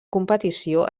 competició